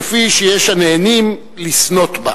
כפי שיש הנהנים לסנוט בה.